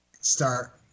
start